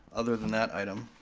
other than that item?